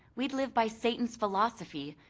we'd live by satan's philosophy,